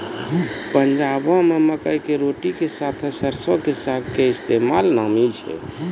पंजाबो मे मकई के रोटी के साथे सरसो के साग के इस्तेमाल नामी छै